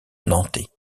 nantais